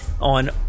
on